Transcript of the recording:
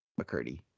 McCurdy